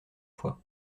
fois